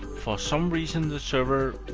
for some reason, the server